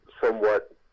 somewhat